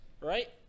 right